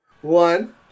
one